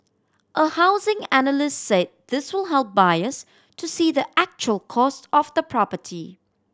a housing analyst said this will help buyers to see the actual cost of the property